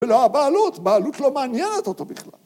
‫ולא הבעלות, ‫בעלות לא מעניינת אותו בכלל.